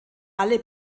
alle